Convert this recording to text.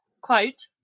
quote